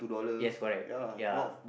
yes correct ya